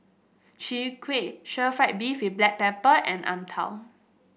Chwee Kueh Stir Fried Beef with Black Pepper and ang tao